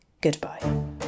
Goodbye